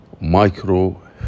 Micro